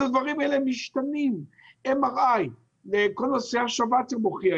הדברים האלה משתנים, MRI, כל נושא השבץ המוחי,